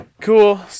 cool